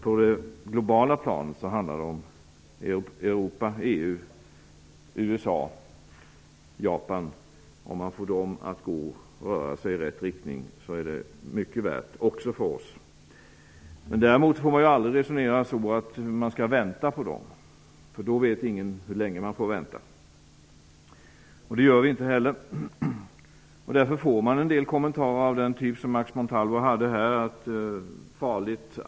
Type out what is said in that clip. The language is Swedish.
På det globala planet handlar det om Europa/EU, USA och Japan -- om man får dem att röra sig i rätt riktning är det mycket värt, också för oss. Däremot får man aldrig resonera så att man skall vänta på dem, för då vet ingen hur länge man får vänta. Vi väntar inte heller, och därför får man en del kommentarer av den typ som Max Montalvo lade fram i sitt anförande, nämligen: Det är farligt!